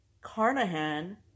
Carnahan